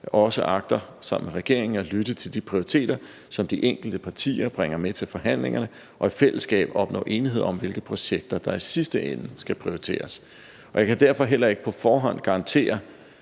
jeg også agter sammen med regeringen at lytte til de prioriteter, som de enkelte partier bringer med til forhandlingerne, og i fællesskab opnå enighed om, hvilke projekter der i sidste ende skal prioriteres. Jeg kan derfor heller ikke på forhånd garantere,